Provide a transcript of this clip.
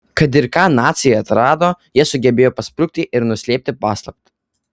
kad ir ką naciai atrado jie sugebėjo pasprukti ir nuslėpti paslaptį